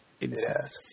yes